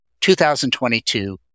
2022